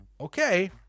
okay